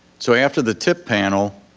so after the tip panel,